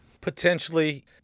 Potentially